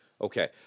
Okay